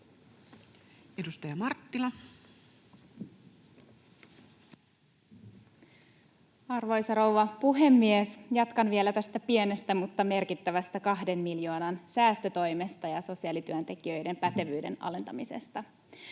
15:09 Content: Arvoisa rouva puhemies! Jatkan vielä tästä pienestä mutta merkittävästä kahden miljoonan säästötoimesta ja sosiaalityöntekijöiden pätevyyden alentamisesta: